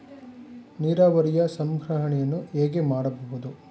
ನೀರಾವರಿಯ ಸಂರಕ್ಷಣೆಯನ್ನು ಹೇಗೆ ಮಾಡಬಹುದು?